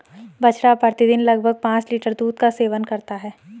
बछड़ा प्रतिदिन लगभग पांच लीटर दूध का सेवन करता है